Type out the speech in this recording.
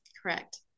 Correct